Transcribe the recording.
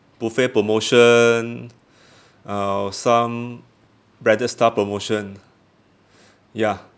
buffet promotion uh some bridal style promotion ya